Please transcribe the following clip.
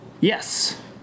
Yes